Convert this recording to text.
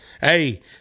Hey